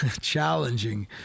challenging